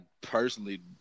personally